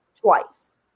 twice